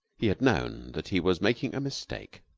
he had known that he was making a mistake